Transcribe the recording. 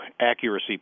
accuracy